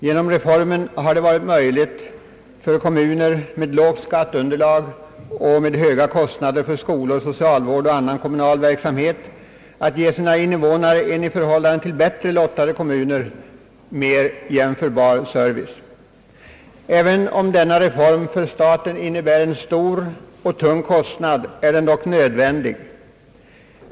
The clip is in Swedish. Genom reformen har det varit möjligt för kommuner med lågt skatteunderlag och höga kostnader för skolor, socialvård och annan kommunal verksamhet att ge sina innevånare en i förhållande till bättre lottade kommuner jämförbar service. Även om denna reform för staten innebär en stor och tung kostnad är den dock nödvändig.